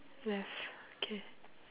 left okay